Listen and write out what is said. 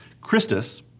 Christus